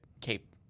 Cape